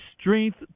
strength